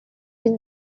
been